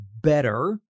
better